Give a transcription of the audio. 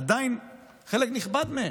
עדיין חלק נכבד מהם,